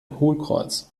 hohlkreuz